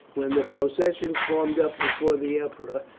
when the procession formed up before the emperor,